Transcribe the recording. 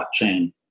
blockchain